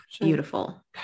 beautiful